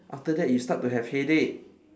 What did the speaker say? after that you start to have headache